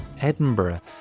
Edinburgh